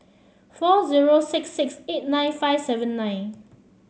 four zero six six eight nine five seven nine